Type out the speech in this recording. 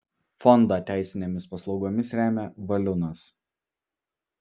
fondą teisinėmis paslaugomis remia valiunas